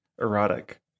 Erotic